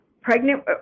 pregnant